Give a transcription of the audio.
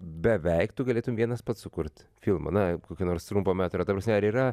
beveik tu galėtum vienas pats sukurt filmą na kokį nors trumpo metro ta prasme ar yra